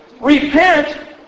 repent